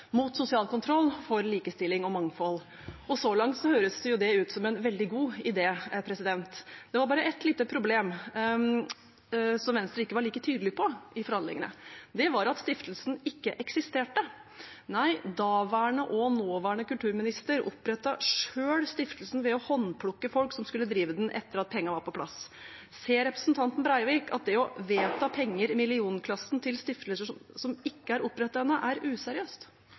mot sosial kontroll, for likestilling og for mangfold. Så langt høres det ut som en veldig god idé. Det var bare ett lite problem som Venstre ikke var like tydelig på i forhandlingene. Det var at stiftelsen ikke eksisterte. Nei, daværende og nåværende kulturminister opprettet selv stiftelsen ved å håndplukke folk som skulle drive den, etter at pengene var på plass. Ser representanten Breivik at det å vedta penger i millionklassen til stiftelser som ikke er opprettet ennå, er useriøst?